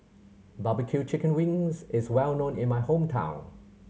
barbecue chicken wings is well known in my hometown